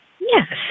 Yes